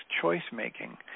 choice-making